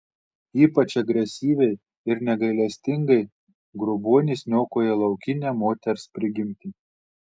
ypač agresyviai ir negailestingai grobuonis niokoja laukinę moters prigimtį